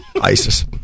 ISIS